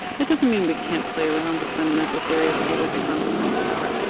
that doesn't mean we can't play around with fundamental theory, see what the consequences are.